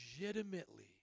legitimately